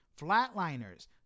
Flatliners